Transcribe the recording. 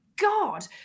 God